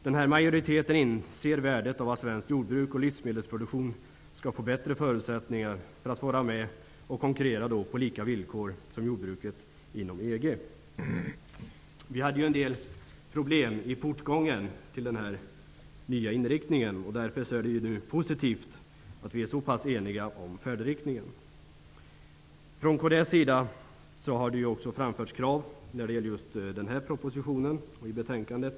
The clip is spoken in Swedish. Denna majoritet inser värdet av att svenskt jordbruk och svensk livsmedelsproduktion skall få bättre förutsättningar att vara med och konkurrera på lika villkor som jordbruket inom EG. Det fanns en del problem i portgången till denna nya inriktning. Det är därför positivt att vi nu är såpass eniga om färdriktningen Från kds har också framförts krav inför denna proposition och betänkandet.